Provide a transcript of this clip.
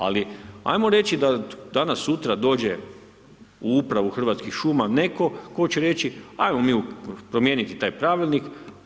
Ali hajmo reći da danas sutra dođe u upravu Hrvatskih šuma netko tko će reći hajmo mi promijeniti taj pravilnik.